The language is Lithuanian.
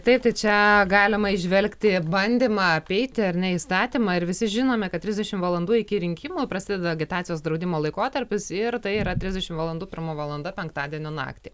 taip tai čia galima įžvelgti bandymą apeiti ar ne įstatymą ir visi žinome kad trisdešimt valandų iki rinkimų prasideda agitacijos draudimo laikotarpis ir tai yra trisdešimt valandų pirma valanda penktadienio naktį